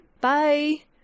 Bye